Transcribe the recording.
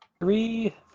Three